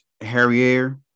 Harrier